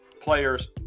players